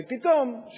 ופתאום,